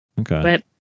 okay